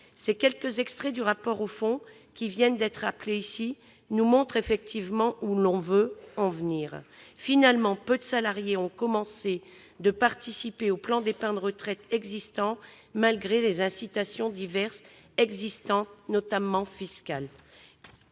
Ces quelques points du rapport au fond que je viens de rappeler montrent bien où l'on veut en venir. Finalement, peu de salariés ont commencé de participer aux plans d'épargne retraite existants, malgré les incitations diverses, notamment fiscales.